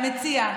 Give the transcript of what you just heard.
המציע,